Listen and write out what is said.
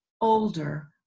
older